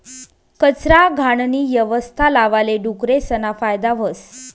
कचरा, घाणनी यवस्था लावाले डुकरेसना फायदा व्हस